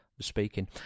speaking